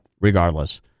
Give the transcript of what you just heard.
regardless